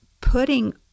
putting